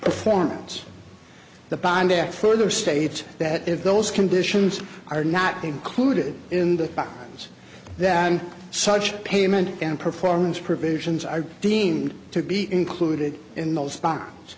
performance the bond act further states that if those conditions are not included in the bonds than such payment and performance provisions are deemed to be included in those bonds